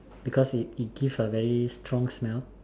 because it it give a very strong smell